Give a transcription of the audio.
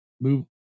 Move